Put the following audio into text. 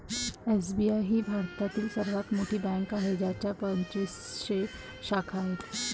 SBI ही भारतातील सर्वात मोठी बँक आहे ज्याच्या पंचवीसशे शाखा आहेत